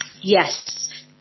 Yes